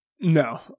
No